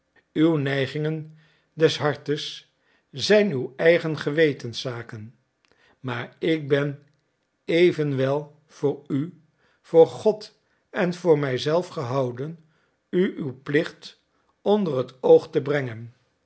uw neigingen des harten zijn uw eigen gewetenszaken maar ik ben evenwel voor u voor god en voor mij zelf gehouden u uw plicht onder het oog te brengen